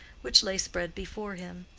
which lay spread before him.